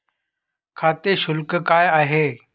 खाते शुल्क काय आहे?